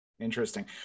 Interesting